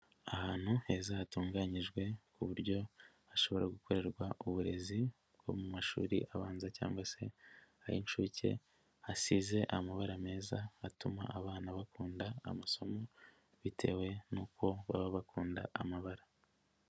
Ahantu heza hatunganyijwe ku buryo hashobora gukorerwa uburezi bwo mu mashuri abanza cyangwa se ay'inshuke, hasize amabara meza atuma abana bakunda amasomo bitewe n'uko baba bakunda amabara.